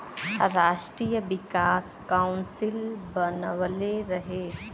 राष्ट्रीय विकास काउंसिल बनवले रहे